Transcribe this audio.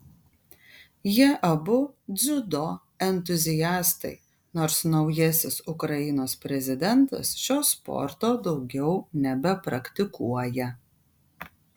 jie abu dziudo entuziastai nors naujasis ukrainos prezidentas šio sporto daugiau nebepraktikuoja